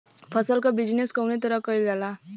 फसल क बिजनेस कउने तरह कईल जाला?